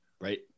Right